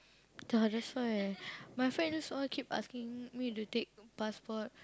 ya that's why my friends all keep asking me to take passport